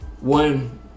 One